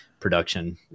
production